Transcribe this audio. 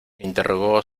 interrogó